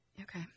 Okay